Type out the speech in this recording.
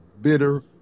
bitter